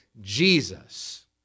Jesus